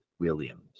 Williams